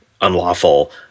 unlawful